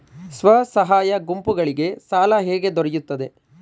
ಸ್ವಸಹಾಯ ಗುಂಪುಗಳಿಗೆ ಸಾಲ ಹೇಗೆ ದೊರೆಯುತ್ತದೆ?